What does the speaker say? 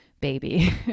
baby